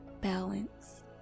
balance